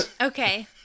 Okay